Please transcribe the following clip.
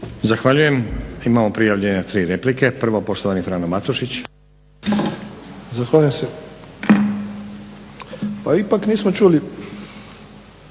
Zahvaljujem. Imamo prijavljene tri replike. Prvo poštovani Frano Matušić. **Matušić, Frano (HDZ)** Zahvaljujem se. Pa ipak nismo čuli